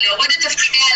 להוריד את "תפקידיה",